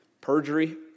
perjury